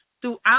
throughout